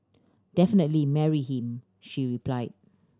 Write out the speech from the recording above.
definitely marry him she replied